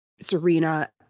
Serena